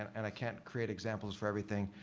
and and i can't create examples for everything.